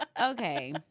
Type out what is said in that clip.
okay